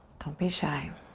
don't be shy.